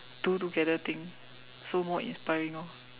do together thing so more inspiring orh